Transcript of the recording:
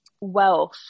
wealth